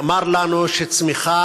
נאמר לנו שצמיחה